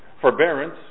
forbearance